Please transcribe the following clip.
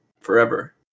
Forever